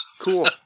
Cool